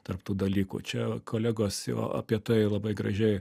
tarp tų dalykų čia kolegos jo apie tai labai gražiai